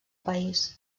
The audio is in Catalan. país